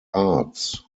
arts